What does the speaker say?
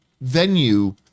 venue